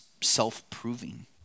self-proving